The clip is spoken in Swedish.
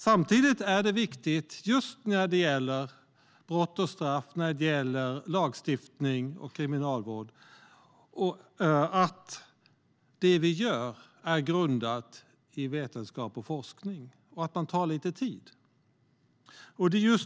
Samtidigt är det viktigt när det gäller brott och straff, lagstiftning och kriminalvård att det vi gör grundar sig i vetenskap och forskning och får ta lite tid.